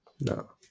No